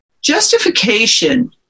justification